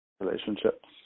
relationships